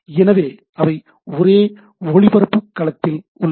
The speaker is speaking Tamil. எனவே அவை ஒரே ஒளிபரப்பு களத்தில் உள்ளன